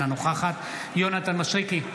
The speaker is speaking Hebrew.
אינה נוכחת יונתן מישרקי,